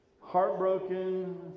heartbroken